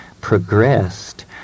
progressed